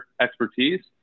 expertise